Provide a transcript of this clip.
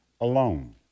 alone